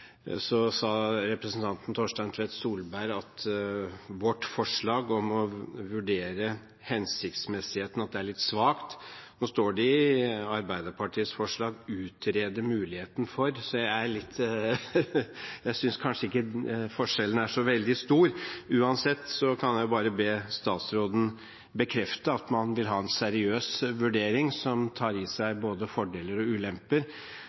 Så sa representanten Torstein Tvedt Solberg at forslaget om å «vurdere hensiktsmessigheten» er litt svakt. Nå står det i Arbeiderpartiets forslag «utrede muligheten for», men jeg synes kanskje ikke forskjellen er så veldig stor. Uansett kan jeg bare be statsråden bekrefte at man vil ha en seriøs vurdering som har i seg både fordeler og ulemper,